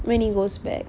when he goes back